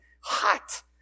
hot